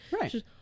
right